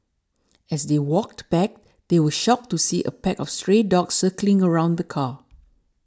as they walked back they were shocked to see a pack of stray dogs circling around the car